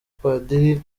padiri